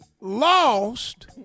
Lost